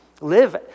Live